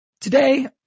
today